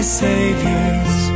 savior's